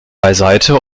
beiseite